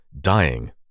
dying